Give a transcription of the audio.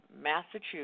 Massachusetts